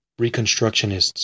reconstructionists